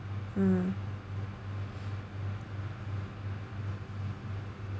mm